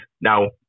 Now